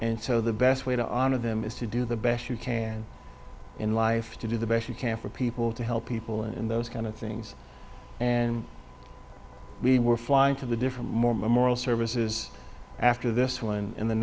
and so the best way to honor them is to do the best you can in life to do the best you can for people to help people in those kind of things and we were flying to the different more memorial services after this one and the